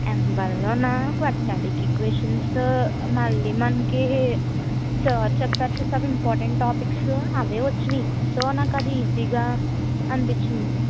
ఎం వన్లోనా quadratic equations మళ్ళీ మనకి సార్ చెప్పారు చూసావా ఇంపార్టెంట్ టాపిక్స్ అవే వచ్చాయి సో నాకది ఈజీగా అనిపించింది